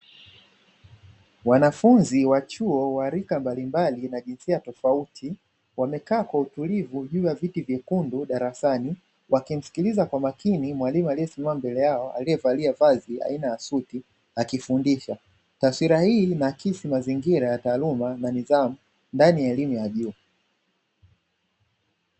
Wanafunzi wa chuo wa rika mbalimbali na jinsia tofauti wamekaa kwa utulivu juu ya viti vyekundu darasani. Wakimsikiliza mwalimu aliyesimama mbele yao aliyevalia vazi aina ya suti akifundisha. Taswira hii inakisi mazingira ya nidhamu ndani ya elimu ya juu.